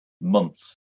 months